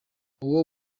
uwo